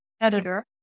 editor